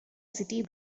city